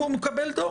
הוא מקבל דוח.